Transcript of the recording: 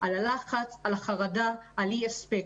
על הלחץ, החרדה ואי-ההספק.